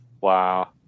Wow